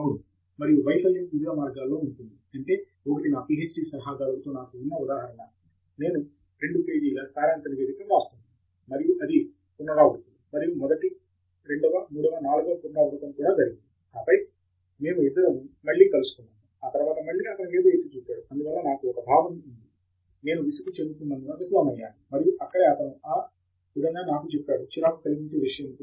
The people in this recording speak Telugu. దేశ్పాండే అవును మరియు వైఫల్యం వివిధ మార్గాల్లో ఉంటుంది అంటే ఒకటి నా పీహెచ్డీ సలహాదారుడితో నాకు ఉన్న ఉదాహరణ నేను రెండు పేజీల సారాంశ నివేదికను వ్రాస్తున్నాను మరియు అది పునరావృత్తులు మరియు మొదటి రెండవ మూడవ నాల్గవ పునరావృతం కూడా జరిగింది ఆపై మేము ఇద్దరూ మళ్ళీ కలుసుకున్నాము మరియు మళ్ళీ అతను ఏదో ఎత్తి చూపాడు అందువల్ల నాకు ఒక భావం ఉంది నేను విసుగు చెందుతున్నందున విఫలమయ్యాను మరియు అక్కడే అతను ఆ నాకు చెప్పాడు చిరాకు కలిగించే విషయం కాదు